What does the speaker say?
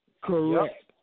Correct